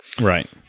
Right